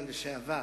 לשעבר,